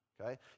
okay